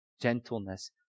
Gentleness